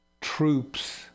troops